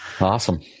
Awesome